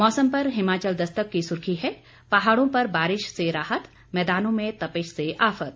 मौसम पर हिमाचल दस्तक की सुर्खी है पहाड़ों पर बारिश से राहत मैदानों में तपिश से आफत